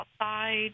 outside